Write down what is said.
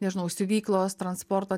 nežinau siuvyklos transporto